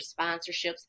sponsorships